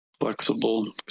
flexible